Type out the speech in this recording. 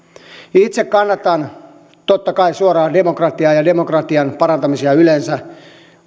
itse kannatan totta kai suoraa demokratiaa ja demokratian parantamista yleensä